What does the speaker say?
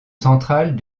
centrale